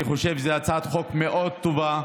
אני חושב שזו הצעת חוק מאוד טובה,